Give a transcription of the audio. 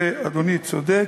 ואדוני צודק.